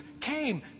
came